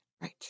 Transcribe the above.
Right